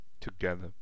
together